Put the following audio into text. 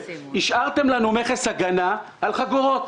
השארתם לנו מכס הגנה על חגורות.